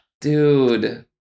dude